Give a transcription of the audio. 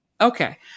Okay